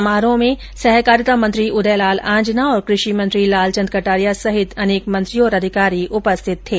समारोह में सहकारिता मंत्री उदयलाल आंजना और कृषि मंत्री श्री लालचन्द कटारिया सहित अनेक मंत्री और अधिकारी उपस्थित थे